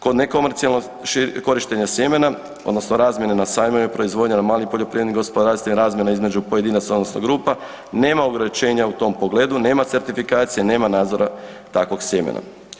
Kod nekomercijalnog korištenja sjemena odnosno razmjene na sajmovima, proizvodnje na malim poljoprivrednim gospodarstvima, razmjena između pojedinaca odnosno grupa nema ograničenja u tom pogledu, nema certifikacije, nema nadzora takvog sjemena.